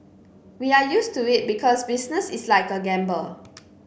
we are used to it because business is like a gamble